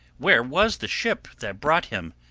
where was the ship that brought him?